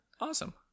awesome